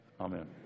Amen